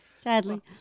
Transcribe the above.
sadly